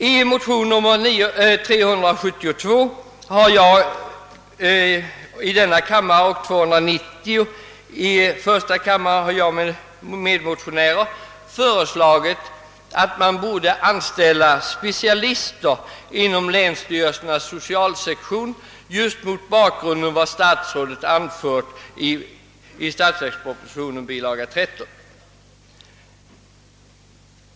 I motionerna 1: 290 och II: 372 har jag tillsammans med några medmotionärer föreslagit att specialister anlitas inom =: länsstyrelsernas << socialsektion just mot bakgrunden av vad statsrådet har anfört i bilaga 13 till statsverkspropositionen.